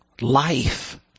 life